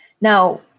Now